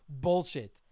bullshit